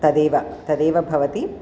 तदेव तदेव भवति